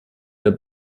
der